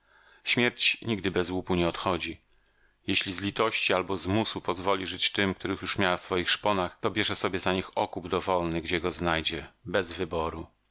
śmierć nigdy bez łupu nie odchodzi jeśli z litości albo z musu pozwoli żyć tym których już miała w swoich szponach to bierze sobie za nich okup dowolny gdzie go znajdzie bez wyboru